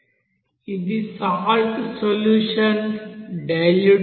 అది salt solution dilute చేయడం